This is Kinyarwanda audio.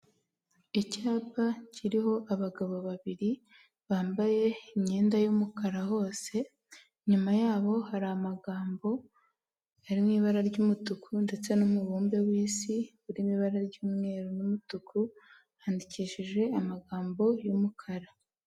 Icyapa kiriho abagabo babiri bambaye imyenda y'umukara hose, inyuma yaho hari amagambo ari mu ibara ry'umutuku ndetse n'umubumbe w'isi uri mu ibara ry'umweru n'umutuku, handikishije amagambo y'umukara.